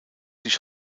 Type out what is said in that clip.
sich